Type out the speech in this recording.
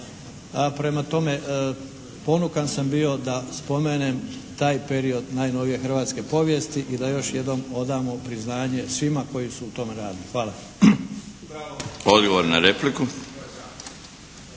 a prema tome ponukan sa bio da spomenem taj period najnovije hrvatske povijesti i da još jednom odamo priznanje svima koji su u tom radili. Hvala.